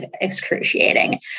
excruciating